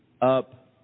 up